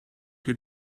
your